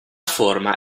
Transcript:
forma